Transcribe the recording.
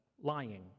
lying